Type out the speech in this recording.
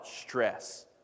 stress